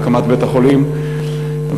בהקמת בית-החולים,